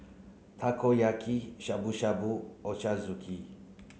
Takoyaki Shabu Shabu Ochazuke